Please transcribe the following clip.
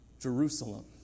Jerusalem